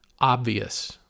obvious